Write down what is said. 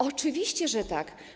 Oczywiście, że tak.